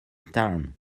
town